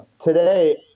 Today